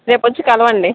రేపొచ్చి కలవండి